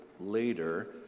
later